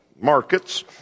markets